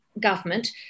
government